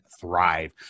thrive